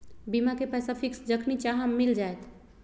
बीमा के पैसा फिक्स जखनि चाहम मिल जाएत?